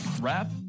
Wrap